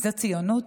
זו ציונות?